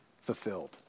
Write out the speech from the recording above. fulfilled